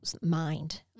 mind